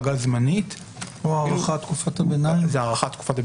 החרגה זמנית --- או הארכת תקופת הביניים.